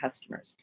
customers